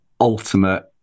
ultimate